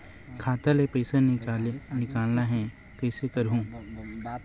खाता ले पईसा निकालना हे, कइसे करहूं?